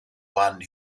one